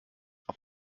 auf